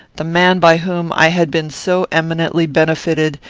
the man by whom i had been so eminently benefited,